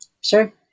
sure